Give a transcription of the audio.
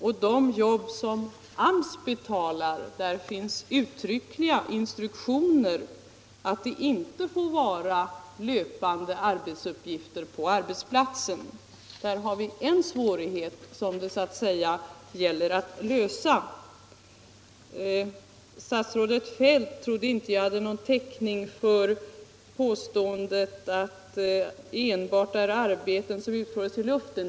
Och när det gäller de jobb som AMS betalar finns uttryckliga instruktioner att det inte får vara löpande arbetsuppgifter på arbetsplatsen. Där har vi en svårighet som det gäller att komma till rätta med. Statsrådet Feldt trodde inte att jag hade någon täckning för påståendet att det enbart är arbeten som så att säga utförs i luften.